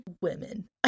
women